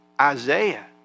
Isaiah